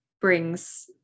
brings